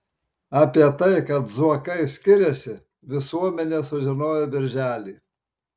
apie tai kad zuokai skiriasi visuomenė sužinojo birželį